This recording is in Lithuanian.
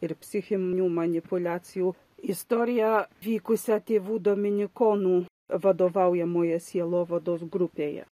ir psichinių manipuliacijų istoriją vykusią tėvų dominikonų vadovaujamoje sielovados grupėje